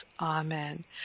Amen